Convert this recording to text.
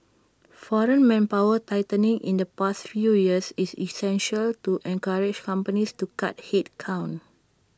foreign manpower tightening in the past few years is essentially to encourage companies to cut headcount